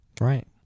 Right